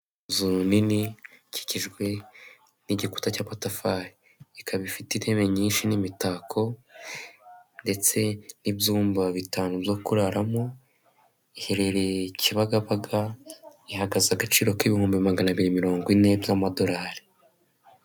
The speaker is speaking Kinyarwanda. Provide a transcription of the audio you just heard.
Inzu nini ikikijwe n'igikuta cy'amatafari, ikaba ifite intebe nyinshi n'imitako ndetse n'ibyumba bitanu byo kuraramo, iherereye Kibagabaga ihagaze agaciro k'ibihumbi magana abiri mirongo ine by'amadolari.